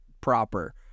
proper